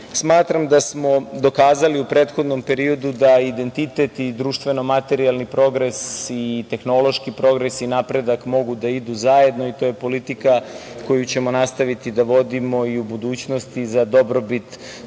KiM.Smatram da smo dokazali u prethodnom periodu, identitet, i društveno materijalni progres i tehnološki progres, mogu da idu zajedno, i to je politika koju ćemo nastaviti da vodimo i u budućnosti za dobrobit države i